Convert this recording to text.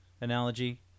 analogy